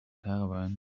caravan